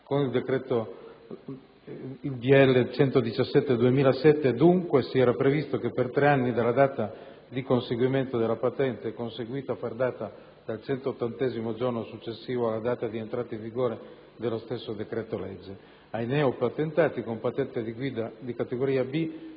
con il decreto-legge n. 117 del 2007, dunque, si era previsto che per tre anni dalla data di conseguimento della patente (conseguita a far data dal centottantesimo giorno successivo alla data di entrata in vigore dello stesso decreto-legge), ai neopatentati con patente di guida di categoria B